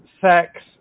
sex